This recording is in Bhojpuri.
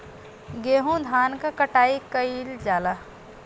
गेंहू धान क कटाई कइल जाला